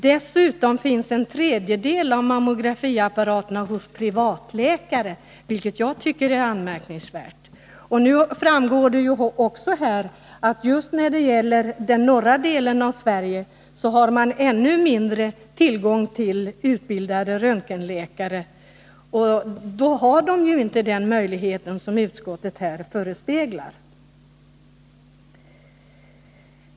Dessutom finns en tredjedel av mammografiapparaterna hos privatläkare, vilket jag tycker är anmärkningsvärt. Det har också framgått att just när det gäller den norra delen av Sverige är tillgången på utbildade röntgenläkare mindre än på andra håll i landet. Då finns ju inte den möjlighet som utskottet förespeglar.